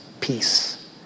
peace